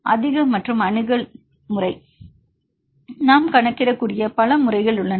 மாணவர் அதிக மற்றும் அணுகல் மற்றும் மாணவர் நாம் கணக்கிடக்கூடிய பல முறைகள் உள்ளன